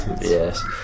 Yes